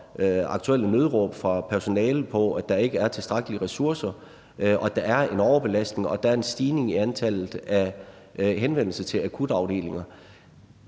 aktuelle nødråb fra personalet om, at der ikke er tilstrækkelige ressourcer, at der en overbelastning, og at der er en stigning i antallet af henvendelser til akutafdelinger.